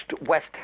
West